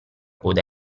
coda